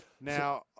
Now